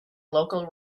local